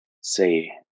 say